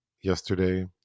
yesterday